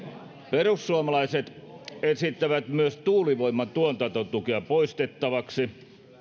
perussuomalaiset esittävät myös tuulivoiman tuotantotukea poistettavaksi